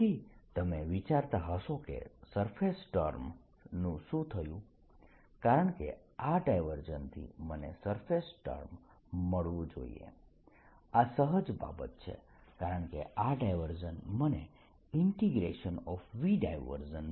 તેથી તમે વિચારતા હશો કે સરફેસ ટર્મ નું શું થયું કારણ કે આ ડાયવર્જન્સથી મને સરફેસ ટર્મ મળવું જોઈએ આ સહજ બાબત છે કારણ કે આ ડાયવર્જન્સ મને surface of shell